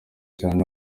cyane